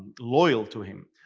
loyal to him.